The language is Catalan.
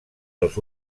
els